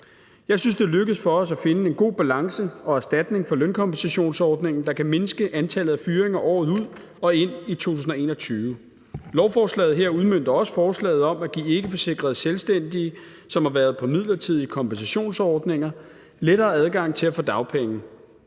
Jeg synes, det er lykkedes for os at finde en god balance og erstatning for lønkompensationsordningen, der kan mindske antallet af fyringer året ud og ind i 2021. Lovforslagene her udmønter også forslaget om at give ikkeforsikrede selvstændige, som har været på midlertidige kompensationsordninger, lettere adgang til at få dagpenge,